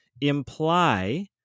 imply